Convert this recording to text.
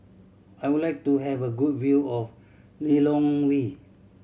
I would like to have a good view of Lilongwe